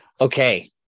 Okay